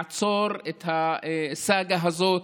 לעצור את הסאגה הזאת,